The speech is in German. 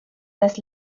das